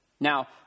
Now